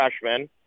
freshman